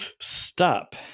Stop